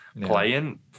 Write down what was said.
playing